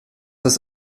ist